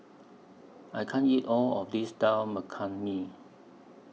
I can't eat All of This Dal Makhani